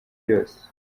byose